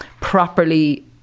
properly